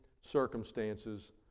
circumstances